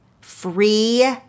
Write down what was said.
free